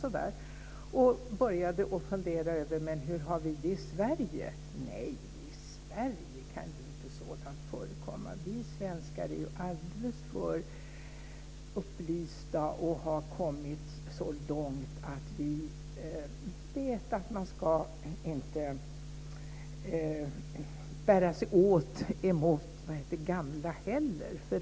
Jag började fundera över hur vi har det i Sverige. Nej, i Sverige kan ju inte sådant förekomma. Vi svenskar är ju alldeles för upplysta och har kommit så långt att vi vet att man inte ska bära sig illa åt mot gamla heller.